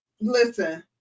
Listen